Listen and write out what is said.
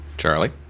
Charlie